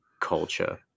culture